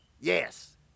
Yes